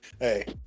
hey